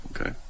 Okay